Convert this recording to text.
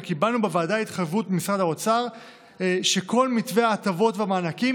וקיבלנו בוועדה התחייבות ממשרד האוצר שכל מתווה ההטבות והמענקים